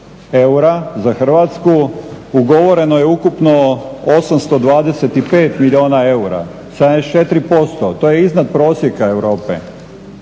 eura za Hrvatsku ugovoreno je ukupno 825 milijuna eura, 74%. To je iznad prosjeka Europe,